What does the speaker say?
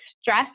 stress